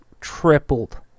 tripled